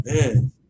man